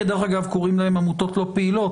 כדרך אגב, קוראים להן "עמותות לא פעילות".